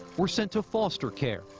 were sent to foster care.